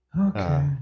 Okay